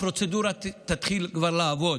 הפרוצדורה כבר תתחיל לעבוד.